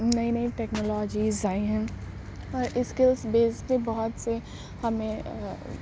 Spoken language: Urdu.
نئی نئی ٹیکنالوجیز آئی ہیں اور اس کے بیس پہ بہت سے ہمیں